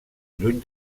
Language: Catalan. lluny